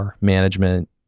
management